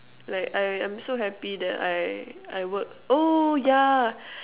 like I I'm so happy that I I work oh ya